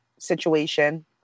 situation